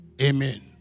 Amen